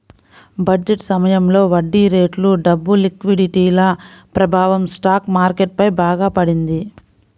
budget సమయంలో వడ్డీరేట్లు, డబ్బు లిక్విడిటీల ప్రభావం స్టాక్ మార్కెట్ పై బాగా పడింది